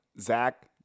Zach